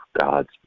God's